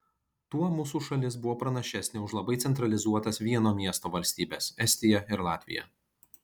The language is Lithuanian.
tuo mūsų šalis buvo pranašesnė už labai centralizuotas vieno miesto valstybes estiją ir latviją